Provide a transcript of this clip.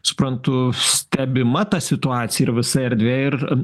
suprantu stebima ta situacij ir visa erdvė ir